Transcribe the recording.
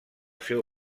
seu